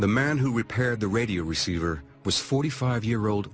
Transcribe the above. the man who repaired the radio receiver was forty five year old